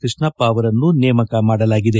ಕೃಷ್ಣಪ್ಪ ಅವರನ್ನು ನೇಮಕ ಮಾಡಲಾಗಿದೆ